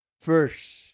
first